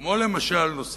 כמו למשל נגישות לטכנולוגיות,